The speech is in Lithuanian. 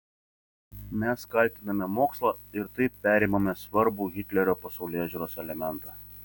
mes kaltiname mokslą ir taip perimame svarbų hitlerio pasaulėžiūros elementą